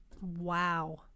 Wow